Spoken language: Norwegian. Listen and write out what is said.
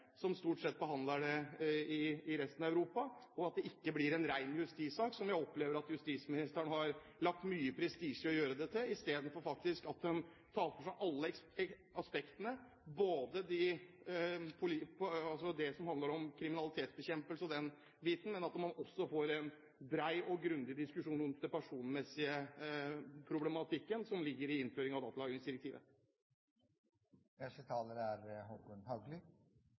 som stort sett behandler det i resten av Europa, og at det ikke blir en ren justissak, som jeg opplever at justisministeren har lagt mye prestisje i å gjøre det til. Slik kan man ta for seg alle aspektene, ikke bare det som handler om kriminalitetsbekjempelse og den biten, men man får en bred og grundig diskusjon rundt den personsmessige problematikken som ligger i innføring av datalagringsdirektivet. Datalagringsdirektivet er